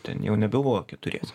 ten jau nebebuvo keturiese